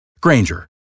Granger